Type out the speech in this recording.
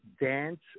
Dance